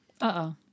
Uh-oh